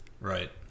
Right